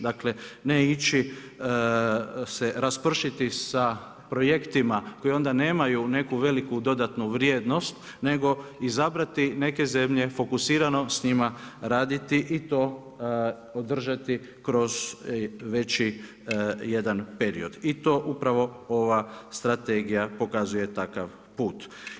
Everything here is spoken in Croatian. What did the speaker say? Dakle, ne ići se raspršiti sa projektima, koji onda nemaju neku veliku dodatnu vrijednost, nego izabrati neke zemlje, fokusirano s njima raditi i to održati kroz veći jedan period i to upravo ova strategije pokazuje takav put.